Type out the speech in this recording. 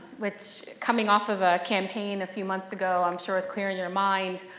which coming off of a campaign a few months ago i'm sure it's clear in your mind.